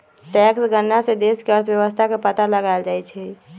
tax गणना से देश के अर्थव्यवस्था के पता लगाएल जाई छई